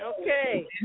Okay